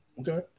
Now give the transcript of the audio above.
Okay